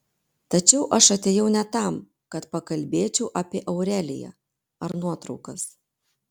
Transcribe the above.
tačiau aš atėjau ne tam kad pakalbėčiau apie aureliją ar nuotraukas